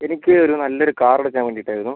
എനിക്ക് ഒരു നല്ലൊരു കാർ എടുക്കാൻ വേണ്ടീട്ടായിരുന്നു